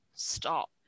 Stop